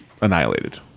annihilated